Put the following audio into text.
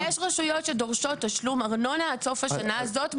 יש רשויות שדורשות תשלום ארנונה עד סוף השנה הזאת,